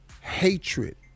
hatred